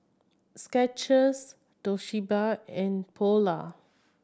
Skechers Toshiba and Polar